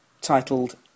titled